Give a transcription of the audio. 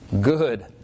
good